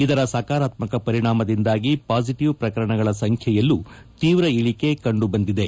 ಇದರ ಸೆಕಾರಾತ್ಮಕ ಪರಿಣಾಮದಿಂದಾಗಿ ಪಾಸಿಟಿವ್ ಪ್ರಕರಣಗಳ ಸಂಖ್ಯೆಯಲ್ಲೂ ತೀವ್ರ ಇಳಿಕೆ ಕಂಡುಬಂದಿದೆ